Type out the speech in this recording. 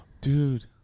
Dude